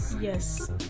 Yes